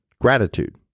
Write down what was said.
Gratitude